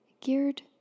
geared